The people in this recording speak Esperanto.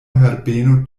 herbeno